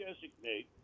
designate